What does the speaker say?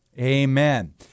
Amen